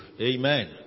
Amen